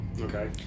Okay